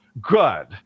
good